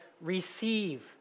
receive